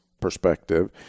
perspective